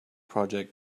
project